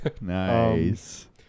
Nice